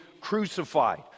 crucified